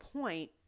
point